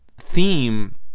theme